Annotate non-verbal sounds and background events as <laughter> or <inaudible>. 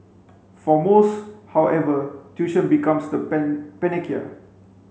for most however tuition becomes the <unintelligible> panacea